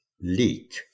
leak